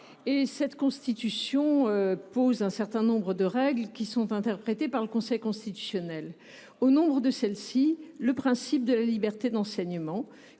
Notre Constitution pose un certain nombre de règles interprétées par le Conseil constitutionnel. Au nombre de celles ci figure le principe de la liberté d’enseignement,